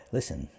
Listen